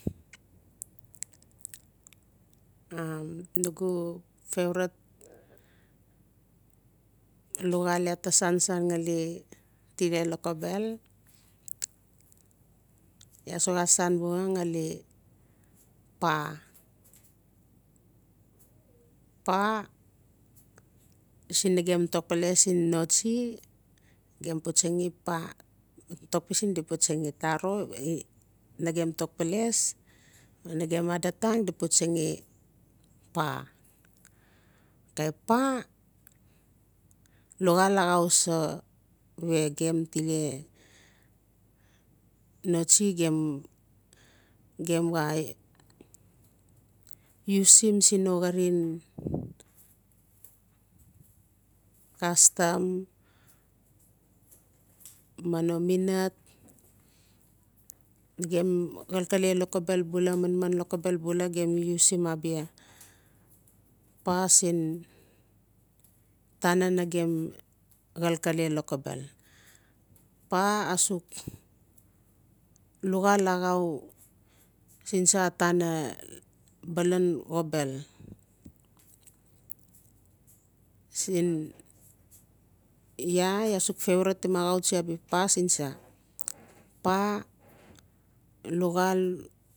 nugu favorite luxaal laa ta san-san ngali lokobel iaa suk xa san buxa ngali pa. pa siin nagam tokpeles en notsi gem putsangi pa. Tokpisin di putsangi taro nagem tsokpeles agem mother tongue gme putsangi pa. Okay pa luxaal axau so we gem tile notsi gem-gem xaa usim sin no xarin kastam ma no minat. Nagem xalkale lokbel bula manman lo kobel bula gem usim abia a siin tana nagem xalkale lokobel pa asuk luxaal axau siin sa atana xobel siin la iaa suk favouritim axautsi abia pa sin sa pa luxaal